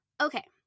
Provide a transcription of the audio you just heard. Okay